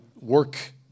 work